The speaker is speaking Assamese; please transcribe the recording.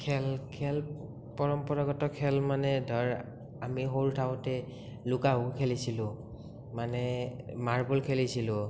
খেল খেল পৰম্পৰাগত খেল মানে ধৰ আমি সৰু থাকোতে লুকা ভাকু খেলিছিলোঁ মানে মাৰ্বল খেলিছিলোঁ